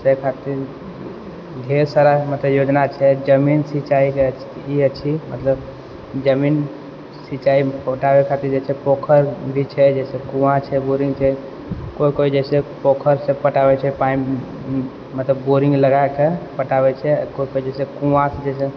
से खातिर ढेर सारा मतलब योजना छै जमीन सिंचाइके ई अछि मतलब जमीन सिंचाइ पटाबै खातिर जे छै पोखरि भी छै जैसे कुआँ छै बोरिङ्ग छै कोइ कोइ जे छै पोखरिसँ पटाबै छै पानि मतलब बोरिङ्ग लगाकऽ पटाबै छै कोइ कोइ जे छै कुआँसँ जे छै